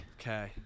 Okay